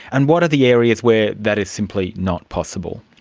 and what are the areas where that is simply not possible?